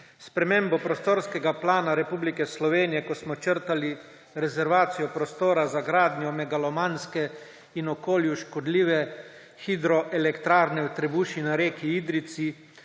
spremembo prostorskega plana Republike Slovenije, ko smo črtali rezervacijo prostora za gradnjo megalomanske in okolju škodljive hidroelektrarne v Trebuši na reki Idrijci